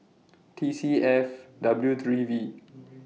T C F W three V